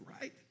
right